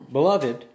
Beloved